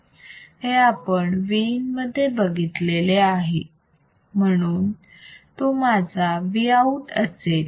हे आपण Vin मध्ये बघितले आहे म्हणून तो माझा Vout असेल